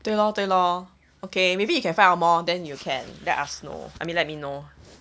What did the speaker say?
对 lor 对 lor okay maybe you can find out more than you can let us know I mean let me know